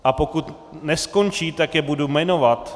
A pokud neskončí, tak je budu jmenovat...